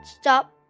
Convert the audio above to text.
stop